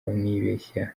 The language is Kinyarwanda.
bamwibeshyaho